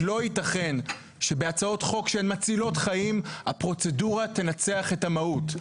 לא ייתכן שבהצעות חוק שהן מצילות חיים הפרוצדורה תנצח את המהות.